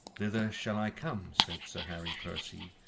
thither shall i come, said sir harry percy,